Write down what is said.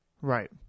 Right